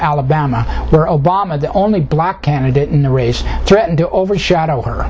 alabama where obama the only black candidate in the race threatened to overshadow her